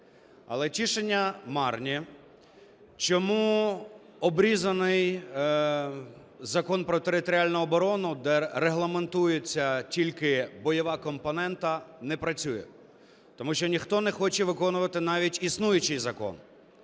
Але тішення марні. Чому обрізаний Закон про територіальну оборону, де регламентується тільки бойова компонента, не працює? Тому що ніхто не хоче виконувати навіть існуючий закон.